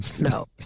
No